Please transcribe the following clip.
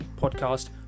podcast